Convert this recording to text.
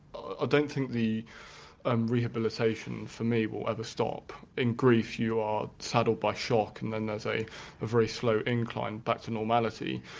ah don't think the um rehabilitation for me will ever stop. in grief you are saddled by shock and then there's a very slow incline back to normality.